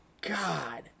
God